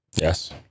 Yes